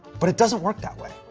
but it doesn't work that way.